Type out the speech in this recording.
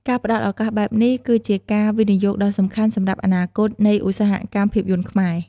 ការផ្តល់ឱកាសបែបនេះគឺជា ការវិនិយោគដ៏សំខាន់សម្រាប់អនាគតនៃឧស្សាហកម្មភាពយន្តខ្មែរ។